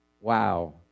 Wow